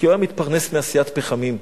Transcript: כי הוא היה מתפרנס מעשיית פחמים.